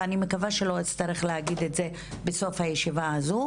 ואני מקווה שלא אצטרך להגיד את זה בסוף הישיבה הזו: